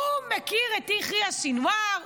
הוא מכיר את יחיא סנוואר,